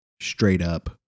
straight-up